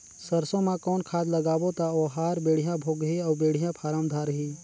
सरसो मा कौन खाद लगाबो ता ओहार बेडिया भोगही अउ बेडिया फारम धारही?